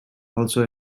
also